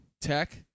Tech